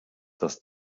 dass